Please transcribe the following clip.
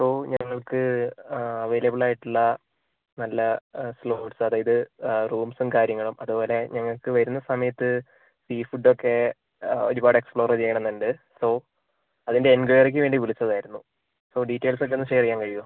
so ഞങ്ങൾക്ക് available ആയിട്ടുള്ള നല്ല ഫ്ലോട്ട്സ് അതായത് റൂമ്സും കാര്യങ്ങളും അതുപോലെ ഞങ്ങൾക്ക് വരുന്ന സമയത്ത് സീ ഫുഡ്ഡൊക്കെ ഒരുപാട് എക്സ്പ്ലോർ ചെയ്യണം എന്നുണ്ട് സോ അതിൻ്റെ എൻക്വയറിക്കു വേണ്ടി വിളിച്ചതായിരുന്നു സോ ഡീറ്റേയിൽസൊക്കെ ഒന്ന് ഷെയർ ചെയ്യാൻ കഴിയുമോ